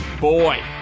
Boy